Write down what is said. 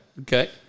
Okay